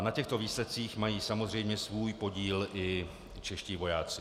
Na těchto výsledcích mají samozřejmě svůj podíl i čeští vojáci.